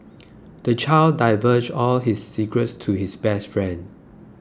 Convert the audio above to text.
the child divulged all his secrets to his best friend